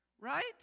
Right